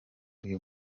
uyu